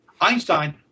Einstein